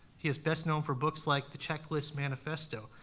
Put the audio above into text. he is best known for books like the checklist manifesto,